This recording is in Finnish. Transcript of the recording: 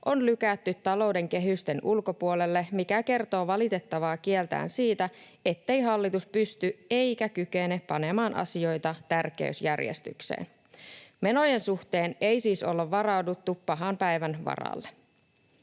on lykätty talouden kehysten ulkopuolelle, mikä kertoo valitettavaa kieltään siitä, ettei hallitus pysty eikä kykene panemaan asioita tärkeysjärjestykseen. Menojen suhteen ei siis olla varauduttu pahan päivän varalle.